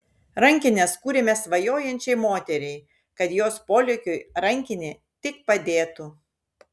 rankines kūrėme svajojančiai moteriai kad jos polėkiui rankinė tik padėtų